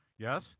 Yes